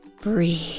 Breathe